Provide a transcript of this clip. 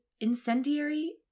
Incendiary